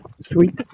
sweet